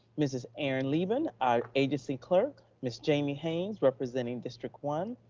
mrs. erin leben our agency clerk, ms. jamie haynes representing district one,